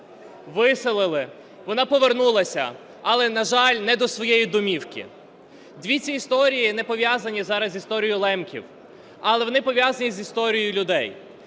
виселили, вона повернулася, але, на жаль, не до своєї домівки. Дві ці історії не пов'язані зараз з історією лемків, але вони пов'язані з історією людей.